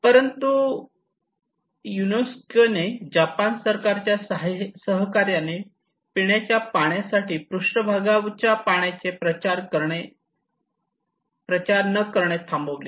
परंतु युनेस्को ने जपान सरकारच्या सहकार्याने पिण्याच्या पाण्यासाठी पृष्ठभागाच्या पाण्याचे प्रचार न करणे थांबविले